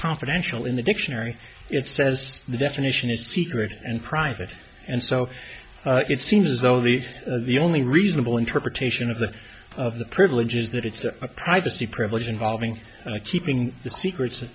confidential in the dictionary it says the definition is secret and private and so it seems as though the only reasonable interpretation of the of the privilege is that it's a privacy privilege involving keeping secrets